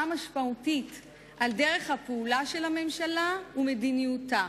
משמעותית על דרך הפעולה של הממשלה ומדיניותה.